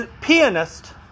pianist